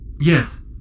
Yes